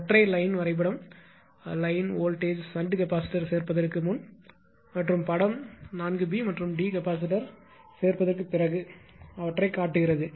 ஒற்றை லைன் வரைபடம் line voltage shunt capacitor சேர்ப்பதற்கு முன் மற்றும் படம் 4 பி மற்றும் டி கெபாசிட்டார் சேர்ப்பதற்கு பிறகு அவற்றைக் காட்டுகிறது